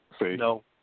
no